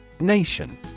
Nation